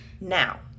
Now